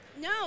No